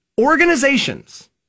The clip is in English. Organizations